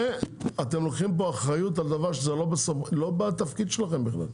ואתם לוקחים פה אחריות על דבר שלא בתפקיד שלכם בכלל.